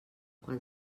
quan